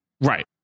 Right